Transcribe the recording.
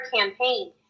campaign